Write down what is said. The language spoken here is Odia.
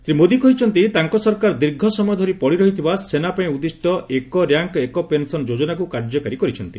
ଶ୍ରୀ ମୋଦି କହିଛନ୍ତି ତାଙ୍କ ସରକାର ଦୀର୍ଘ ସମୟ ଧରି ପଡ଼ି ରହିଥିବା ସେନାପାଇଁ ଉଦ୍ଦିଷ୍ଟ ଏକ ର୍ୟାଙ୍କ୍ ଏକ ପେନ୍ସନ୍ ଯୋଜନାକୁ କାର୍ଯ୍ୟକାରୀ କରିଛନ୍ତି